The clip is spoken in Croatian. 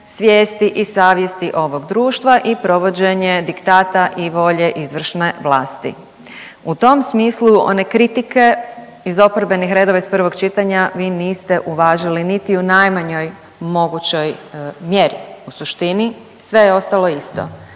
svijesti i savjesti ovog društva i provođenje diktata i volje izvršne vlasti. U tom smislu one kritike iz oporbenih redova iz prvog čitanja vi niste uvažili niti u najmanjoj mogućoj mjeri. U suštini sve je ostalo isto.